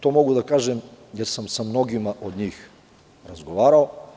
To mogu da kažem jer sam sa mnogima od njih razgovarao.